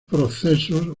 procesos